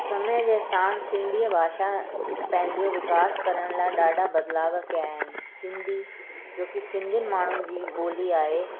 समय जे साणु सिंधी भाषा पंहिंजो विकास करण लाइ ॾाढा बदिलाव कया आहिनि सिंधी जोकी सिंधियुनि माण्हुनि जी ॿोली आहे